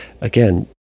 Again